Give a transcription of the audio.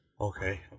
Okay